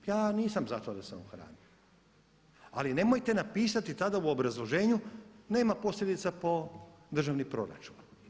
Ja nisam za to da se on hrani, ali nemojte napisati tada u obrazloženju nema posljedica po državni proračun.